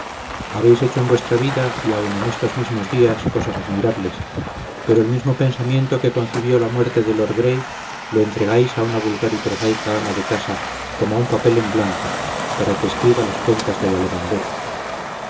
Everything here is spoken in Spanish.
habéis hecho en vuestra vida y aun en estos mismos días cosas admirables pero el mismo pensamiento que concibió la muerte de lord gray lo entregáis a una vulgar y prosaica ama de casa como un papel en blanco para que escriba las cuentas de la lavandera